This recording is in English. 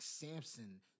Samson